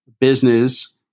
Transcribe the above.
business